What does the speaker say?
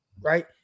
right